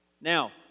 Now